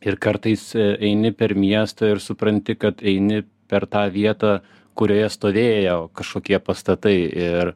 ir kartais eini per miestą ir supranti kad eini per tą vietą kurioje stovėjo kažkokie pastatai ir